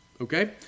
Okay